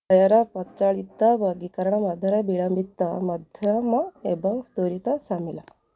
ଏର ପଚଳିତ ବର୍ଗୀକରଣ ମଧ୍ୟରେ ବିଲମ୍ବିତ ମଧ୍ୟମ ଏବଂ ତ୍ଵରିତ ସାମିଲ